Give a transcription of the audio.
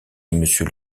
monsieur